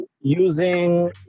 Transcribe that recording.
using